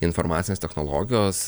informacinės technologijos